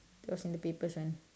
it was on the papers one